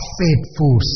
faithful